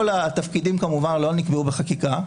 כל התפקידים כמובן לא נקבעו בחקיקה.